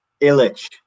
Illich